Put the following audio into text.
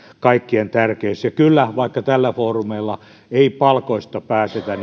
kaikkien tärkeytensä ja kyllä vaikka tällä foorumilla ei palkoista päätetä